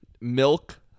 Milk